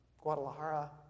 Guadalajara